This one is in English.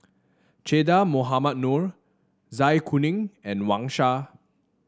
Che Dah Mohamed Noor Zai Kuning and Wang Sha